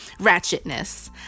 ratchetness